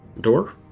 door